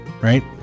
right